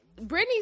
Britney